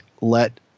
let